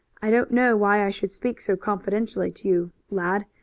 i don't know why i should speak so confidentially to you, lad,